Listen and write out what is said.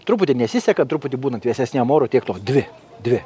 truputį nesiseka truputį būnant vėsesniam orui tiek to dvi dvi